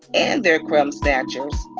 and their crumb snatchers.